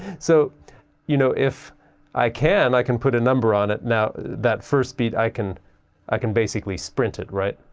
so you know if i can, i can put a number on it. now that first beat, i can i can basically sprint it right?